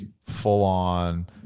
full-on